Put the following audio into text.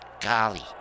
Golly